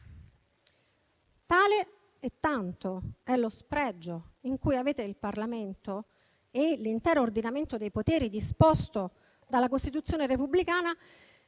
Tale e tanto è lo spregio che avete per il Parlamento e per l'intero ordinamento dei poteri disposto dalla Costituzione repubblicana,